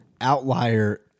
Outlier